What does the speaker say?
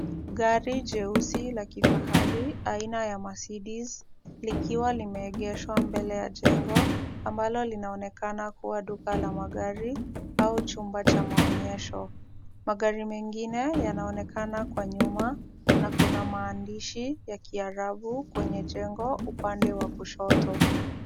Gari jeusi la kifahari aina ya Mercedes likiwa limeegeshwa mbele ya jengo, ambalo linaonekana kuwa duka la magari au chumba cha maonyesho. Magari mengine yanaonekana kwa nyuma, na kuna maandishi ya kiarabu kwenye jengo upande wa kushoto.